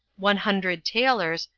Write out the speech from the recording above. one hundred tailors,